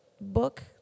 book